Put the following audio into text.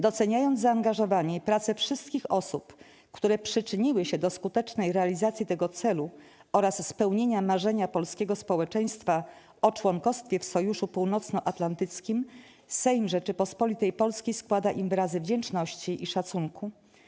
Doceniając zaangażowanie i prace wszystkich osób, które przyczyniły się do skutecznej realizacji tego celu oraz spełnienia marzenia polskiego społeczeństwa o członkostwie w Sojuszu Północnoatlantyckim, Sejm Rzeczypospolitej Polskiej składa im wyrazy wdzięczności i szacunku.